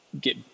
get